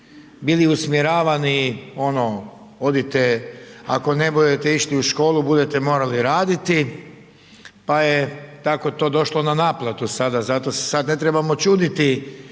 bili usmjeravani ono odite, ako ne budete išli u školu budete morali raditi, pa je tako to došlo na naplatu sada. Zato se sada ne trebamo čuditi